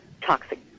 toxic